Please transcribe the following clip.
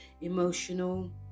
emotional